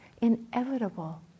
inevitable